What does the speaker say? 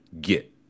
get